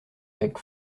avec